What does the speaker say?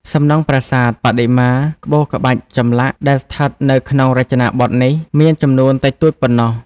សំណង់ប្រាសាទ បដិមា ក្បូរក្បាច់ចម្លាក់ ដែលស្ថិតនៅក្នុងរចនាបថនេះ មានចំនួនតិចតួចប៉ុណ្ណោះ។